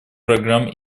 программ